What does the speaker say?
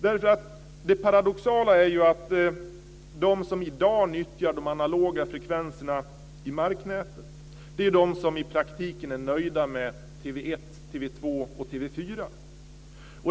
Det paradoxala är att de som i dag nyttjar de analoga frekvenserna i marknätet är de som i praktiken är nöjda med TV 1, TV 2 och TV 4.